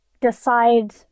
decide